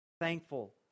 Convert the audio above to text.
thankful